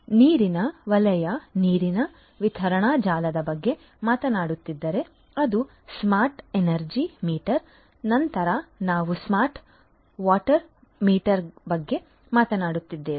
ಆದ್ದರಿಂದ ನಾವು ನೀರಿನ ವಲಯ ನೀರಿನ ವಿತರಣಾ ಜಾಲದ ಬಗ್ಗೆ ಮಾತನಾಡುತ್ತಿದ್ದರೆ ಅದು ಸ್ಮಾರ್ಟ್ ಎನರ್ಜಿ ಮೀಟರ್ ನಂತರ ನಾವು ಸ್ಮಾರ್ಟ್ ವಾಟರ್ ಮೀಟರ್ ಬಗ್ಗೆ ಮಾತನಾಡುತ್ತಿದ್ದೇವೆ